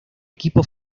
equipo